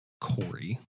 Corey